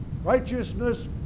righteousness